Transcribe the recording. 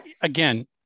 again